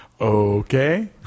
Okay